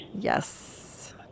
Yes